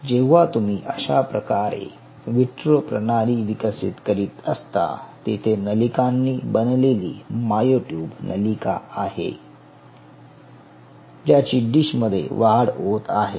जेव्हा तुम्ही अशा प्रकारे विट्रो प्रणाली विकसित करीत असता येथे नलिकांनी बनलेली माअयो ट्युब नलिका आहे ज्याची डिश मध्ये वाढ होत आहे